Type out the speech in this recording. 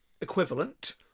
equivalent